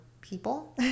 people